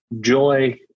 joy